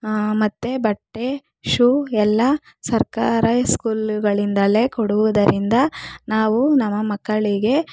ಮತ್ತೆ ಬಟ್ಟೆ ಶೂ ಎಲ್ಲ ಸರ್ಕಾರ ಸ್ಕೂಲುಗಳಿಂದಲೇ ಕೊಡುವುದರಿಂದ ನಾವು ನಮ್ಮ ಮಕ್ಕಳಿಗೆ